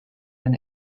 den